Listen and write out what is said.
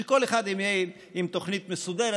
שכל אחד יהיה עם תוכנית מסודרת.